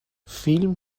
فیلم